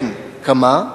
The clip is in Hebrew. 3. אם כן, כמה?